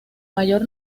mayor